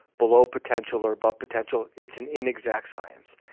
below potential or above potential, it's an inexact science.